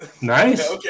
Nice